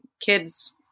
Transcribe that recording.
kids